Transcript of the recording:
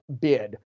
bid